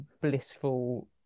blissful